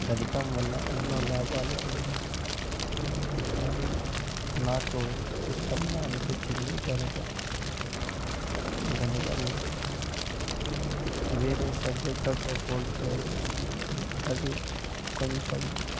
గణితం వల్ల ఎన్నో లాభాలు ఉన్నాయి మనం నాకు ఇష్టంగా అనిపించింది గణితం గణితం వేరే సబ్జెక్టులతో పోలిస్తే అది కొంచెం